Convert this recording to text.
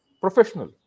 professional